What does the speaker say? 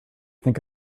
think